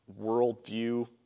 worldview